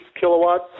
kilowatt